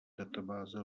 databáze